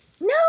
No